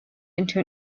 into